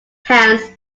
hands